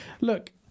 look